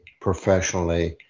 professionally